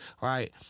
right